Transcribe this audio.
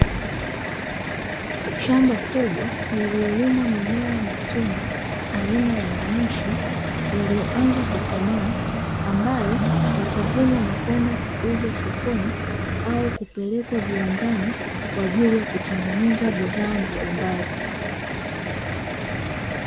Shamba kubwa lililolimwa mimea ya matunda aina ya nanasi yaliyoanza kukomaa, ambayo yatavunwa na kuenda kuuzwa sokoni au kupelekwa viwandani kwa ajili ya kutengeneza bidhaa mbalimbali.